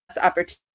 opportunity